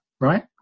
right